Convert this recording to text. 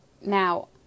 now